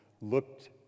looked